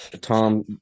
Tom